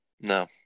No